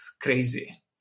crazy